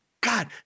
God